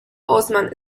osman